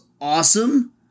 awesome